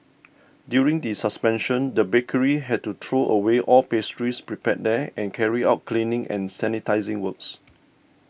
during the suspension the bakery had to throw away all pastries prepared there and carry out cleaning and sanitising works